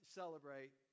celebrate